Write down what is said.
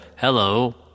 Hello